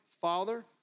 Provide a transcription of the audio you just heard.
Father